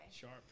Sharp